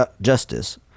justice